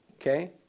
Okay